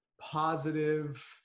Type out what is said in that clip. positive